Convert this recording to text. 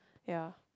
ya